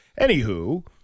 Anywho